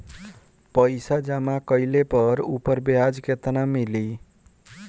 पइसा जमा कइले पर ऊपर ब्याज केतना मिली?